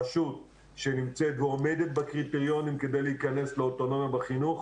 רשות שנמצאת ועומדת בקריטריונים כדי להיכנס לאוטונומיה בחינוך,